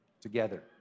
together